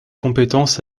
compétences